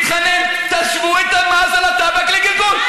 מתחנן: תשוו את המס על הטבק לגלגול,